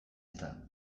eta